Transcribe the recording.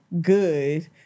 good